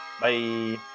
Bye